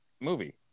movie